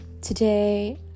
today